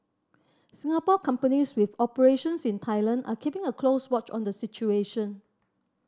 Singapore companies with operations in Thailand are keeping a close watch on the situation